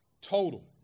Total